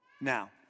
now